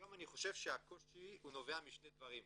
היום אני חושב שהקושי נובע משני דברים.